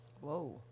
Whoa